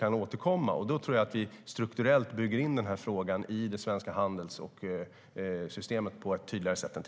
Då bygger vi på ett tydligare sätt än tidigare strukturellt in denna fråga i det svenska handelssystemet.